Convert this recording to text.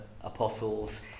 apostles